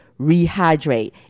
rehydrate